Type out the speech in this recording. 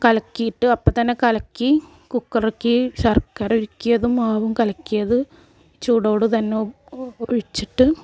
കലക്കിയിട്ട് അപ്പോൾ തന്നെ കലക്കി കുക്കറിലേക്ക് ശർക്കര ഉരുക്കിയതും മാവും കലക്കിയത് ചൂടോടെ തന്നെ ഒഴിച്ചിട്ട്